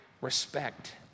respect